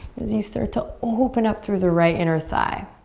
as you start to open up through the right inner thigh.